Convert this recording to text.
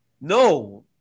No